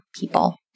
people